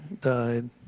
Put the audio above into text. died